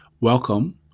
Welcome